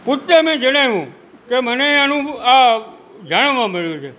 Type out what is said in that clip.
કુંતા મેં જણાવ્યું કે મને આનું આ જાણવા મળ્યું છે